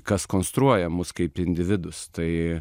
kas konstruoja mus kaip individus tai